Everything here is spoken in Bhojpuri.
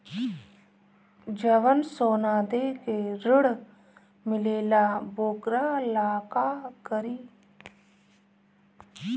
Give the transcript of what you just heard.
जवन सोना दे के ऋण मिलेला वोकरा ला का करी?